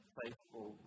faithful